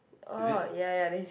is it